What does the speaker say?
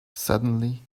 suddenly